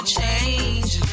change